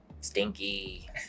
stinky